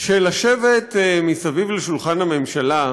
שלשבת מסביב לשולחן הממשלה,